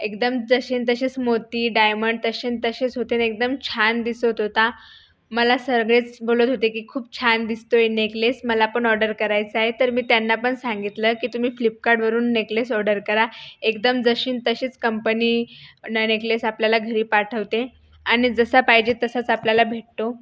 एकदम जसे न जसेच मोती डायमंड तसे न तसेच होते आणि एकदम छान दिसत होता मला सगळेच बोलत होते की खूप छान दिसतोय नेकलेस मला पण ऑर्डर करायचाय तर मी त्यांना पण सांगितलं की तुम्ही फ्लिपकार्टवरून नेकलेस ऑर्डर करा एकदम जशी न तशीच कंपनीने नेकलेस आपल्याला घरी पाठवते आणि जसं पाहिजे तसाच आपल्याला भेटतो